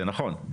זה נכון,